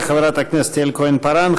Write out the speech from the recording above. תודה לחברת הכנסת יעל כהן-פארן.